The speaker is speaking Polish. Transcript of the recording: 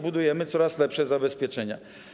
Budujemy coraz lepsze zabezpieczenia.